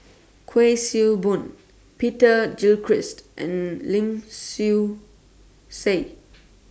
Kuik Swee Boon Peter Gilchrist and Lim Swee Say